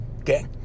okay